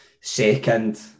second